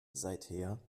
seither